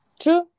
true